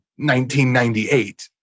1998